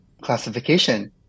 classification